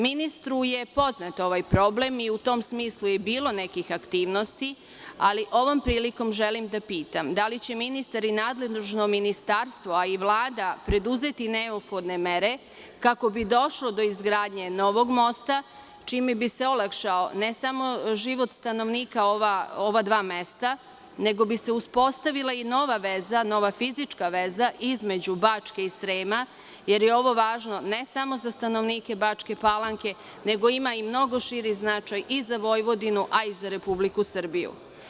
Ministru je poznat ovaj problem i u tom smislu bilo nekih aktivnosti, ali ovom prilikom želim da pitam da li će ministar i nadležno ministarstvo, a i Vlada preduzeti neophodne mere kako bi došlo do izgradnje novog mosta, čime bi se olakšao ne samo život stanovnika ova dva mesta, nego bi se uspostavila i nova fizička veza između Bačke i Srema, jer je ovo važno ne samo za stanovnike Bačke Palanke, nego ima mnogo širi značaj i za Vojvodinu i za Republiku Srbiju.